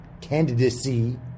candidacy